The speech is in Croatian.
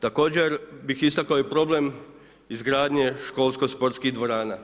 Također bih istakao i problem izgradnje školsko sportskih dvorana.